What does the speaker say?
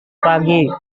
pagi